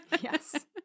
Yes